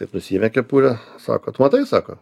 taip nusiėmė kepurę sako tu matai sako